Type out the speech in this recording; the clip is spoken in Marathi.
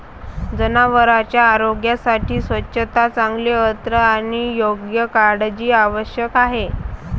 जनावरांच्या आरोग्यासाठी स्वच्छता, चांगले अन्न आणि योग्य काळजी आवश्यक आहे